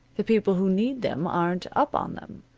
the people who need them aren't up on them.